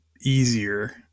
easier